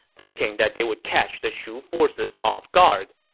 thinking that they would catch the shu forces off guard.